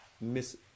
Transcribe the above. Miss